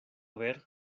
ver